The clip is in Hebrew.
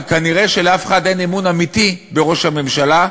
וכנראה לאף אחד אין אמון אמיתי בראש הממשלה.